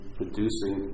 producing